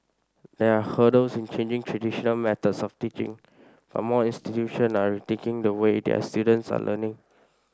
there are hurdles in changing traditional methods of teaching but more institution are rethinking the way their students are learning